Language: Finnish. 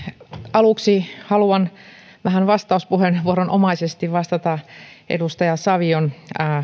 aluksi haluan vähän vastauspuheenvuoronomaisesti vastata edustaja savion